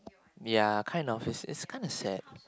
ya kind of is is kind of sad